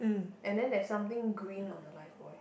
and then there's something green on the life bouy